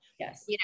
Yes